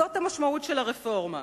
זאת המשמעות של הרפורמה.